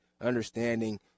understanding